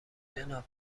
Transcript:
جناب